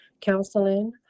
counseling